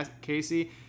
casey